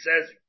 says